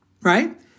right